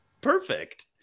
Perfect